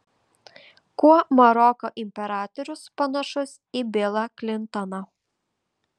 kuo maroko imperatorius panašus į bilą klintoną